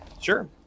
Sure